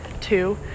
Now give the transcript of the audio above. two